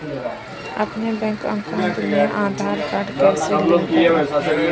अपने bank account में Aadhaar card कैसे लिंक करें?